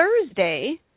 Thursday